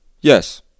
Yes